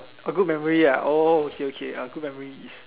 oh good memory ah oh okay okay uh good memories